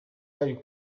bari